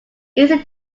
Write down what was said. easy